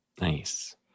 Nice